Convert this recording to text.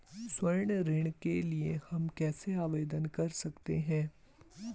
स्वर्ण ऋण के लिए हम कैसे आवेदन कर सकते हैं?